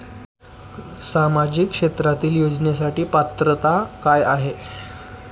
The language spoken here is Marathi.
सामाजिक क्षेत्रांतील योजनेसाठी पात्रता काय आहे?